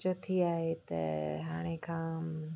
चोथी आहे त हाणे खां